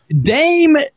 Dame